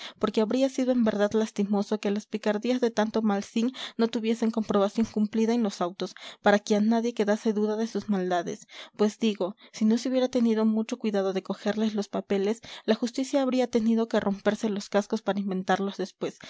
porque habría sido en verdad lastimoso que las picardías de tanto malsín no tuviesen comprobación cumplida en los autos para que a nadie quedase duda de sus maldades pues digo si no se hubiera tenido mucho cuidado de cogerles los papeles la justicia habría tenido que romperse los cascos para inventarlos después